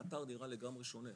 האתר נראה לגמרי שונה,